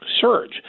surge